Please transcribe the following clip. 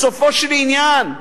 בסופו של עניין,